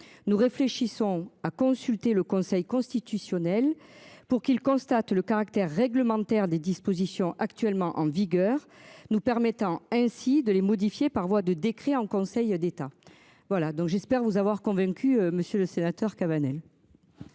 nous réfléchissons à consulter le Conseil constitutionnel pour qu'il constate le caractère réglementaire des dispositions actuellement en vigueur, nous permettant ainsi de les modifier par voie de décret en Conseil d'État. Voilà donc j'espère vous avoir convaincu Monsieur le Sénateur Cabanel.